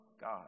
God